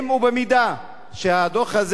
אם, ובמידה שהממשלה